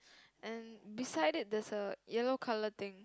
and beside it there's a yellow colour thing